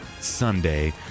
Sunday